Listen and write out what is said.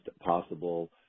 possible